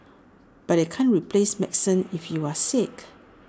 but they can't replace medicine if you are sick